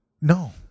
No